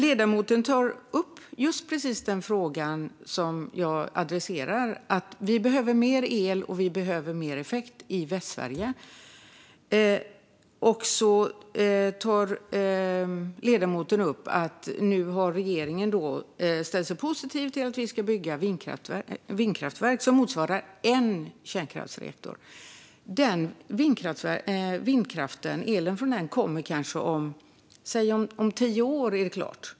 Ledamoten tar upp precis den fråga som jag adresserar; vi behöver mer el och mer effekt i Västsverige. Hon tar också upp att regeringen nu har ställt sig positiv till att det ska byggas vindkraftverk som motsvarar en kärnkraftsreaktor. Elen från den vindkraften kommer kanske om tio år, när det är klart.